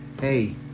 Hey